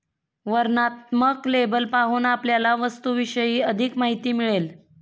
वर्णनात्मक लेबल पाहून आपल्याला वस्तूविषयी अधिक माहिती मिळेल